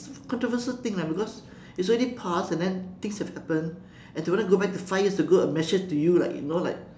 controversial thing lah because it's already past and then things have happened and to want to go back five years ago I mentioned to you right you know like